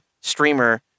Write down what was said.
streamer